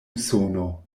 usono